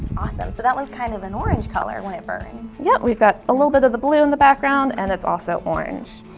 so that was kind of an orange color when it burns. yep we got a little bit of the blue in the background and it's also orange.